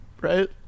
Right